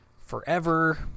forever